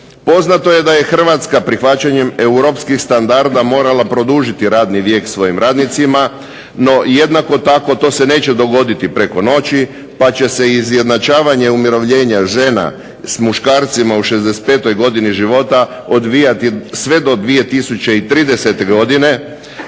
Poznato je da je Hrvatska prihvaćanjem Europskih standarda morala produžiti radni vijek svojim radnicima, no jednako tako to se neće dogoditi preko noći pa će izjednačavanje umirovljenja žena s muškarcima u 65. godini života odvijati sve do 2030. godine